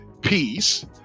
peace